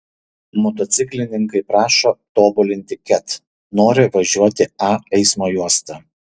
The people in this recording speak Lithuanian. motociklininkai prašo tobulinti ket nori važiuoti a eismo juosta